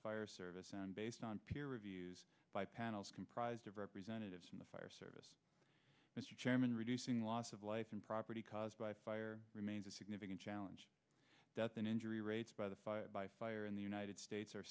fire service and based on peer review panels comprised of representatives from the fire service chairman reducing loss of life and property caused by fire remains a significant challenge death and injury rates by the fire in the united states are